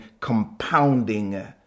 compounding